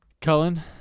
Cullen